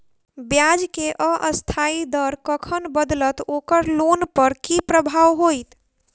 ब्याज केँ अस्थायी दर कखन बदलत ओकर लोन पर की प्रभाव होइत?